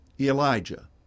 Elijah